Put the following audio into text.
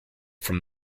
from